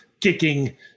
kicking